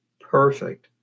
perfect